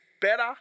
better